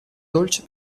dolce